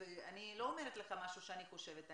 ואני לא אומרת לך משהו שאני חושבת,